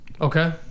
Okay